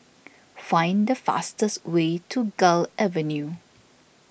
find the fastest way to Gul Avenue